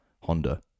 honda